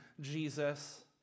Jesus